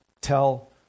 tell